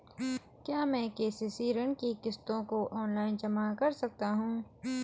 क्या मैं के.सी.सी ऋण की किश्तों को ऑनलाइन जमा कर सकता हूँ?